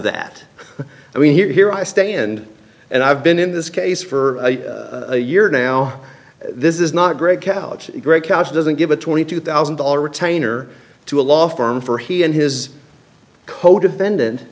that i mean here i stand and i've been in this case for a year now this is not a great couch great couch doesn't give a twenty two thousand dollar retainer to a law firm for he and his codefendant